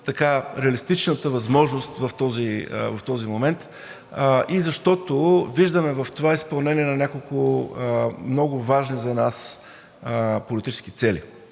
като реалистичната възможност в този момент, и защото виждаме в това изпълнение на няколко много важни за нас политически цели.